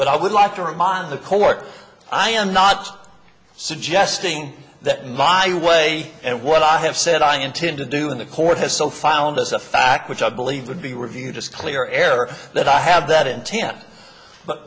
but i would like to remind the court i am not suggesting that my way and what i have said i intend to do when the court has so found as a fact which i believe should be reviewed is clear air that i have that intent but